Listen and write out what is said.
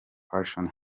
fashion